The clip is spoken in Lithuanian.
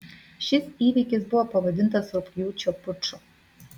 šis įvykis buvo pavadintas rugpjūčio puču